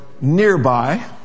nearby